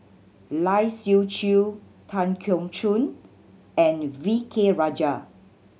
Lai Siu Chiu Tan Keong Choon and V K Rajah